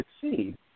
succeed